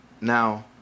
now